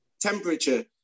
temperature